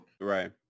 Right